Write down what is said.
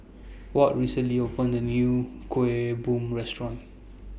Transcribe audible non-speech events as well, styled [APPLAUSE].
[NOISE] Walt recently opened A New Kueh Bom Restaurant